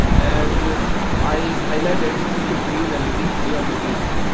as ah i highlighted this is the green led we are looking for.